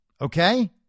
okay